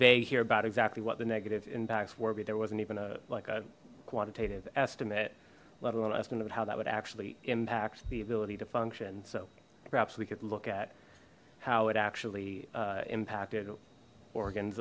vague here about exactly what the negative impacts were be there wasn't even a like a quantitative estimate let alone estimate how that would actually impact the ability to function so perhaps we could look at how it actually impacted or